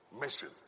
Mission